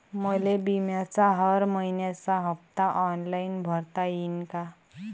मले बिम्याचा हर मइन्याचा हप्ता ऑनलाईन भरता यीन का?